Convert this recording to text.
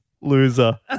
loser